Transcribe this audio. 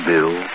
Bill